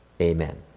amen